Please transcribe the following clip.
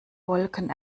wolken